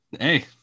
Hey